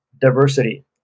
diversity